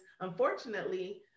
unfortunately